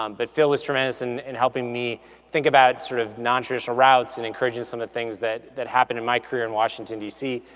um but phil was tremendous and in helping me think about sort of nontraditional routes and encouraging some of the things that that happened in my career in washington, dc.